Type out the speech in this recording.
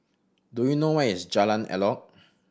do you know where is Jalan Elok